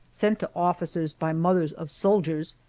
sent to officers by mothers of soldiers,